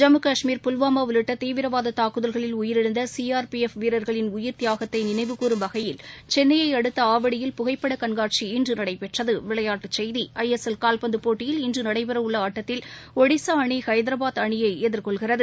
ஜம்மு கஷ்மீர் புல்வாமாஉள்ளிட்டதீவிரவாததாக்குதல்களில் உயிரிழந்தசிஆர் P F வீரர்களின் உயிர் தியாகத்தைநினைவுகூரும் வகையில் சென்னையஅடுத்தஆவடியில் புகைப்படகண்காட்சி இன்றுநடைபெற்றது விளையாட்டுச்செய்கிகள் ஐஎஸ்எல் கால்பந்துப் போட்டியில் இன்றுநடைபெறவுள்ளஆட்டத்தில் ஒடிசாஅனி ஹைதராபாத் அணியைஎதிர்கொள்கிறது